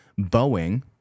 Boeing